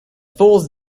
falls